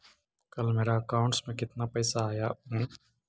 कल मेरा अकाउंटस में कितना पैसा आया ऊ?